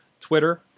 twitter